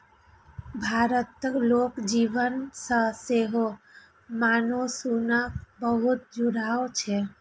भारतक लोक जीवन सं सेहो मानसूनक बहुत जुड़ाव छै